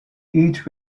each